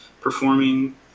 performing